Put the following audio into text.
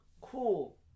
cool